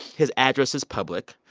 his address is public.